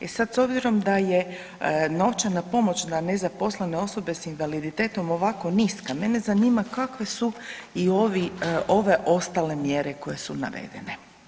E sad s obzirom da je novčana pomoć za nezaposlene osobe s invaliditetom ovako niska mene zanima kakve su i ove ostale mjere koje su navedene.